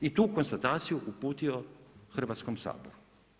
I tu konstataciju uputio Hrvatskom saboru.